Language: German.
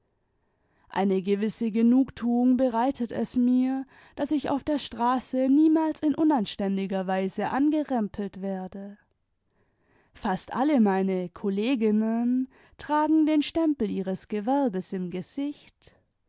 eine gewisse genugtuung bereitet es mir daß ich auf der straße niemals in unanständiger weise angerempelt werde fast adle meine kolleginnen tragen den stempel ihres gewerbes im gesicht